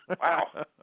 Wow